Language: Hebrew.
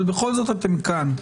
אבל בכל זאת אתם כאן.